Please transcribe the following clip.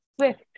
swift